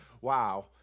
wow